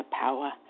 power